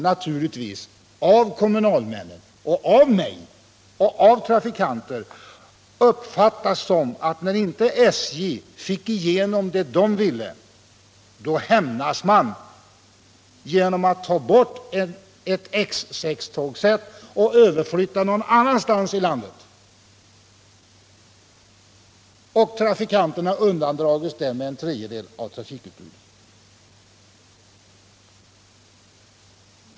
Naturligtvis måste detta av kommunalmännen, av mig och av trafikanterna uppfattas så, att när inte SJ fick igenom det de ville, då hämnas man genom att ta bort ett X6-tågsätt och flytta över det till någon annan del av landet. Och trafikanterna undandras därmed en tredjedel av trafikutbudet.